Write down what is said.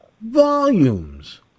volumes